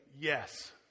yes